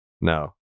no